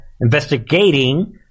Investigating